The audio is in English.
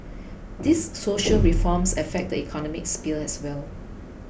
these social reforms affect the economic sphere as well